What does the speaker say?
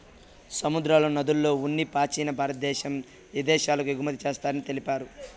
సముద్రాల, నదుల్ల ఉన్ని పాచిని భారద్దేశం ఇదేశాలకు ఎగుమతి చేస్తారని తెలిపారు